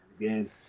Again